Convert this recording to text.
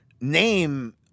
name